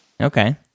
Okay